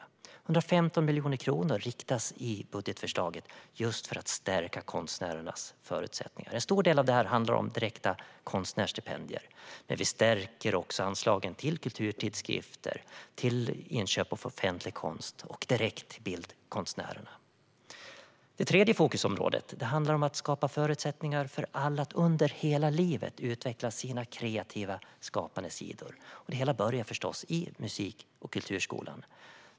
115 miljoner kronor riktas i budgetförslaget just för att stärka konstnärernas förutsättningar. En stor del av detta handlar om direkta konstnärsstipendier, men vi stärker också anslagen till kulturtidskrifter, till inköp av offentlig konst och direkt till bildkonstnärerna. Det tredje fokusområdet handlar om att skapa förutsättningar för alla att under hela livet utveckla sina kreativa skapande sidor. Det hela börjar förstås i musik och kulturskolan.